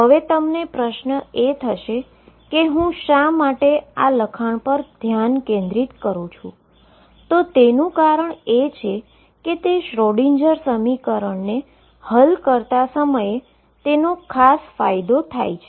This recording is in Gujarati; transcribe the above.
હવે તમને પ્રશ્ન એ થશે કે હું શા માટે આ લખાણ પર ધ્યાન કેન્દ્રિત કરું છું તો તેનુ કારણ એ છે કે તે શ્રોડિંજર સમીકરણને હલ કરતા સમયે તેનો ખાસ ફાયદો છે